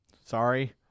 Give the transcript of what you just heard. sorry